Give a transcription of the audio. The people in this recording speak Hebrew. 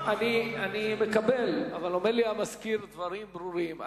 אני מקבל, אבל אומר לי המזכיר דברים ברורים.